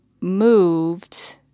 moved